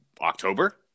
October